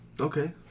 Okay